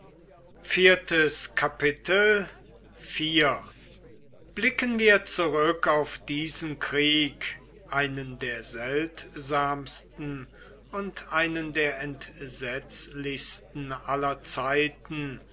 blicken wir zurück auf diesen krieg einen der seltsamsten und einen der entsetzlichsten aller zeiten